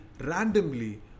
randomly